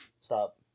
Stop